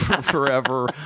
forever